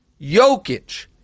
Jokic